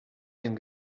dem